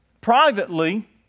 privately